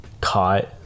caught